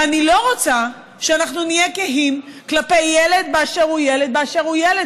ואני לא רוצה שאנחנו נהיה קהים כלפי ילד באשר הוא ילד באשר הוא ילד,